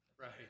Right